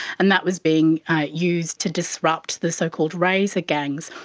and that was being ah used to disrupt the so-called razor gangs.